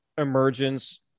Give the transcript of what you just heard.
emergence